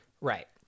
right